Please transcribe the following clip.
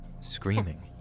screaming